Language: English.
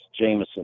jameson